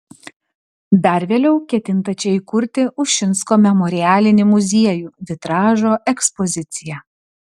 dar vėliau ketinta čia įkurti ušinsko memorialinį muziejų vitražo ekspoziciją